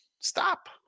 Stop